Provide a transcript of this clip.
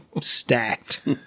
Stacked